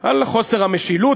על חוסר המשילות,